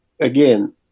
again